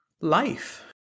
life